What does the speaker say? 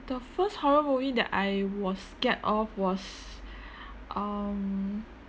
the first horror movie that I was scared of was um